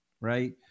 Right